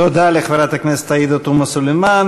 תודה לחברת הכנסת עאידה תומא סלימאן.